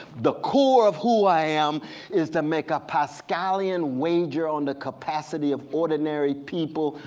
the core of who i am is to make a pascalian wager on the capacity of ordinary people.